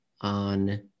on